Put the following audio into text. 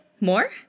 More